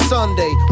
Sunday